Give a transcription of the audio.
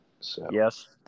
yes